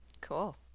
Cool